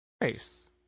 Nice